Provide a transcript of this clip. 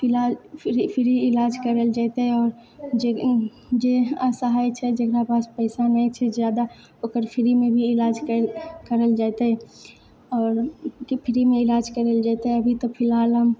ईलाज फ्री ईलाज करल जैतै आओर जे जे असहाय छै जेकरा पास पैसा नहि छै जादा ओकर फ्रीमे भी ईलाज करल जैतै आओर फ्रीमे ईलाज करल जैतै अभी तऽ फिलहाल हम